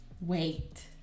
Wait